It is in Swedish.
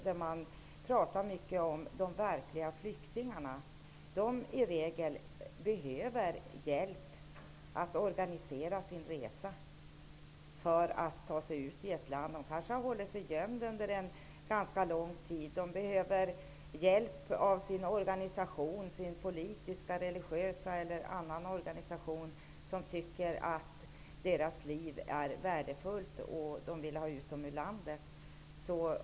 De verkliga flyktingarna behöver i regel hjälp med att organisera resan för att kunna ta sig ut ur ett land. De kanske har hållit sig gömda under en ganska lång tid. De behöver hjälp av en politisk, religiös eller någon annan typ av organisation som tycker att deras liv är värdefullt och vill ha ut dem ur landet.